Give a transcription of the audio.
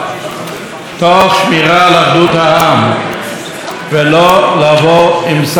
ולא לבוא עם סנקציות פליליות וכלכליות וכל כיוצא בזה,